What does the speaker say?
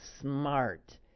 smart